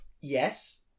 Yes